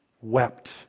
wept